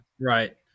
right